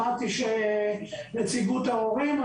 שמעתי את נציגות ההורים.